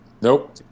Nope